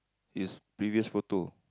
his previous photo